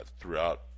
throughout